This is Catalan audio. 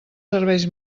serveis